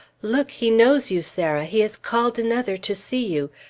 look! he knows you, sarah! he has called another to see you!